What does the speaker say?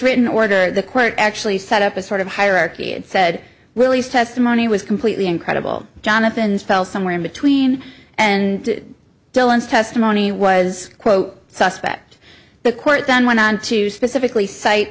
written order the court actually set up a sort of hierarchy and said willie's testimony was completely incredible jonathon's fell somewhere in between and dylan's testimony was quote suspect the court then went on to specifically cite